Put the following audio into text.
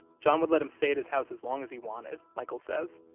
john would let him stay at his house as long as he wanted, michael says.